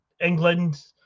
England